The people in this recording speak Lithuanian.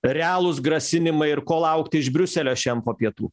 realūs grasinimai ir ko laukti iš briuselio šian po pietų